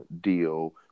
deal